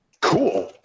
cool